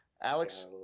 Alex